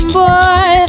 boy